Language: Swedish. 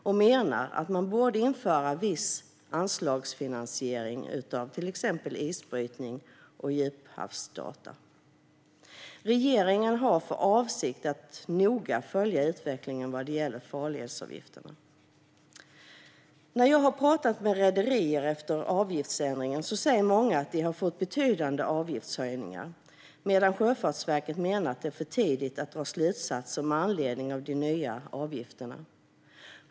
Det menar att man borde införa viss anslagsfinansiering av till exempel isbrytning och djuphavsdata. Regeringen har för avsikt att noga följa utvecklingen vad gäller farledsavgifterna. När jag har pratat med rederier efter avgiftsändringen säger många att de har fått betydande avgiftshöjningar medan Sjöfartsverket menar att det är för tidigt att dra slutsatser med anledning av de nya avgifterna.